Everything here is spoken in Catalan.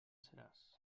seràs